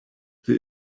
this